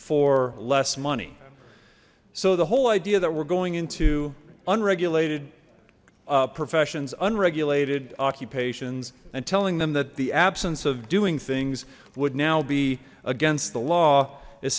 for less money so the whole idea that we're going into unregulated professions unregulated occupations and telling them that the absence of doing things would now be against the law is